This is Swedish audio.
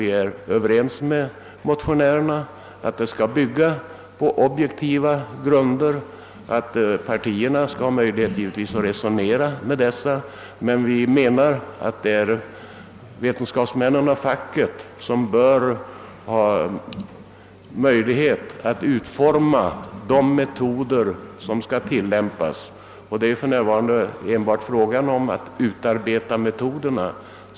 Vi är överens med motionärerna om att undersökningarna skall bygga på objektiva grunder och att partierna skall ha möjlighet att resonera, men vi menar att det är vetenskapsmännen av facket som skall utforma de metoder som skall tillämpas. Det är för närvarande enbart fråga om att utarbeta metoderna.